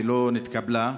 ולא נתקבלה.